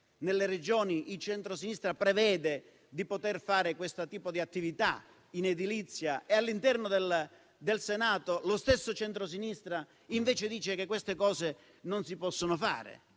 nelle Regioni il centrosinistra prevede di fare questo tipo di attività in edilizia e, all'interno del Senato, lo stesso centrosinistra dice invece che queste cose non si possono fare?